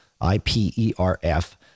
I-P-E-R-F